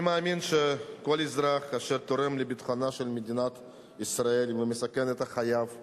אני מאמין שכל אזרח שתורם למדינת ישראל ומסכן את חייו יום-יום,